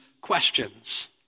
questions